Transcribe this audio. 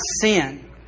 sin